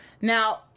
Now